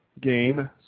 game